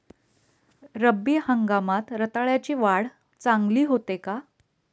रब्बी हंगामात रताळ्याची वाढ चांगली होते का?